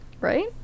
right